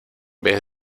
vez